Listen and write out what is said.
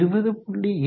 20